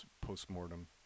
post-mortem